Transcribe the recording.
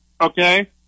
okay